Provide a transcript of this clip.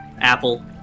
apple